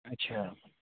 अच्छा